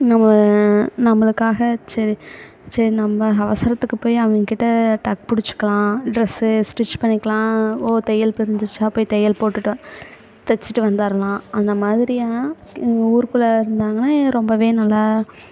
நம்ம நம்மளுக்காக சரி சரி நம்ப அவசரத்துக்கு போய் அவங்ககிட்ட டக் பிடிச்சிக்கலாம் ட்ரெஸ்ஸு ஸ்டிச் பண்ணிக்கலாம் ஓ தையல் பிரிஞ்சுருச்சா போய் தையல் போட்டுகிட்டோ தச்சுட்டு வந்தடலாம் அந்தமாதிரியாக ஊருக்குள்ளே இருந்தாங்கன்னால் ரொம்பவே நல்லா